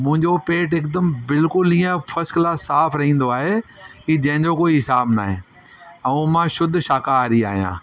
मुंहिंजो पेट हिकदमि बिल्कुलु ईंअ फ़सक्लास साफ़ रहंदो आहे की जें जो कोई हिसाब न आहे ऐं मां शुद्ध शाकाहारी आहियां